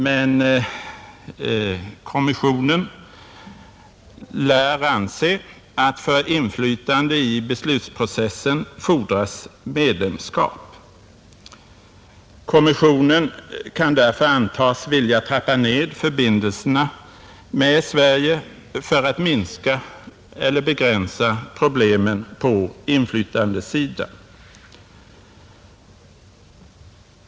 Men kommissionen lär anse att för inflytande i beslutsprocessen fordras medlemskap. Kommissionen kan därför antas vilja trappa ned förbindelserna med Sverige för att minska eller begränsa problemen på inflytandesidan.